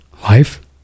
life